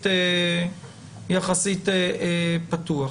יחסית פתוח.